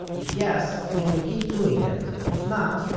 if yes, it will keep doing that, if not,